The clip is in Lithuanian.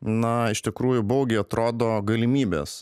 na iš tikrųjų baugiai atrodo galimybės